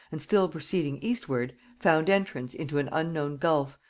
and still proceeding eastward, found entrance into an unknown gulf,